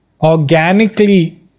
organically